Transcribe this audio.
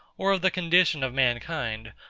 or of the condition of mankind,